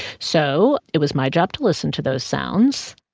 so it was my job to listen to those sounds,